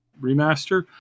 remaster